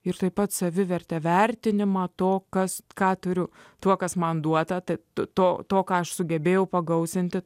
ir taip pat savivertę vertinimą to kas ką turiu tuo kas man duota to to ką aš sugebėjau pagausinti